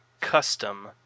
custom